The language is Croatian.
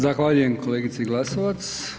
Zahvaljujem kolegici Glasovac.